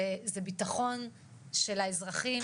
זה ביטחון של האזרחים,